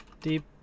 Deep